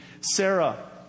Sarah